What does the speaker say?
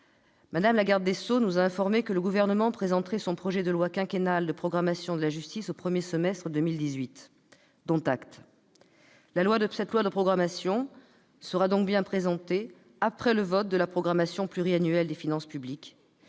Mme la garde des sceaux nous a informé que le Gouvernement présenterait son projet de loi quinquennale de programmation de la justice au premier semestre 2018. Dont acte. Cette loi de programmation sera donc bien présentée après le vote de la loi de programmation pluriannuelle des finances publiques,